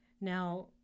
Now